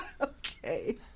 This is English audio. Okay